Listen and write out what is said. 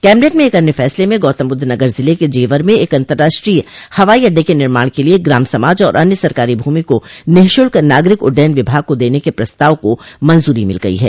cabinet में एक अन्य फैसले में गौतमबुद्धनगर जिले के जेवर में एक अन्तर्राष्ट्रीय हवाई अड्डे के निर्माण के लिए ग्राम समाज और अन्य सरकारी भूमि को निःशुल्क नागरिक उड़ंडयन विभाग को देने के प्रस्ताव को मंजूरी मिल गयी है